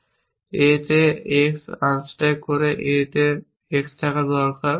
এবং A তে x unstack করে A তে x থাকা দরকার